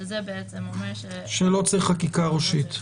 זה אומר --- שלא צריך חקיקה ראשית.